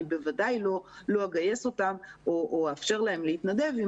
אני בוודאי לא אגייס אותם או אאפשר להם להתנדב עם